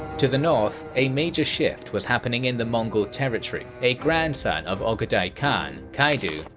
to the north a major shift was happening in the mongol territory. a grandson of ogedai khan, kaidu,